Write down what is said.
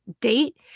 date